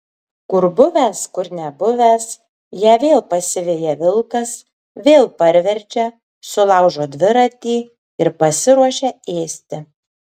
kur buvęs kur nebuvęs ją vėl pasiveja vilkas vėl parverčia sulaužo dviratį ir pasiruošia ėsti